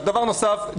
דבר נוסף,